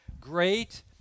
great